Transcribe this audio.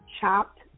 Chopped